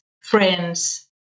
friends